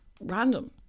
random